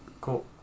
cool